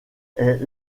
est